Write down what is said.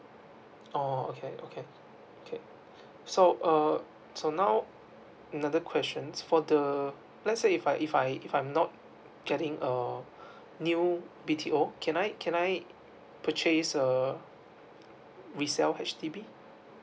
oh okay okay okay so uh so now another questions for the let's say if I if I if I'm not getting a new B_T_O can I can I purchase err resell H_D_B